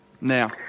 now